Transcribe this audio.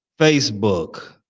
facebook